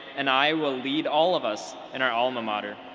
and i will lead all of us in our alma mater.